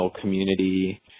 community